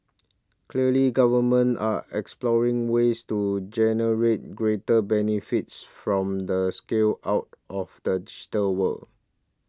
clearly governments are exploring ways to generate greater benefits from the scale out of the digital world